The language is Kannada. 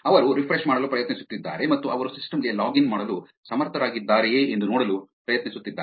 ಅವರು ರಿಫ್ರೆಶ್ ಮಾಡಲು ಪ್ರಯತ್ನಿಸುತ್ತಿದ್ದಾರೆ ಮತ್ತು ಅವರು ಸಿಸ್ಟಮ್ ಗೆ ಲಾಗ್ ಇನ್ ಮಾಡಲು ಸಮರ್ಥರಾಗಿದ್ದಾರೆಯೇ ಎಂದು ನೋಡಲು ಪ್ರಯತ್ನಿಸುತ್ತಿದ್ದಾರೆ